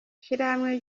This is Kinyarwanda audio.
ishirahamwe